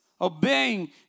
Obeying